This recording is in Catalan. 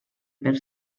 per